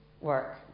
work